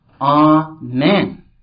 Amen